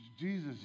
Jesus